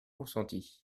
consenti